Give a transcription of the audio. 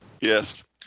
Yes